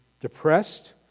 depressed